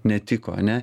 netiko ane